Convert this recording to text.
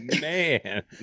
man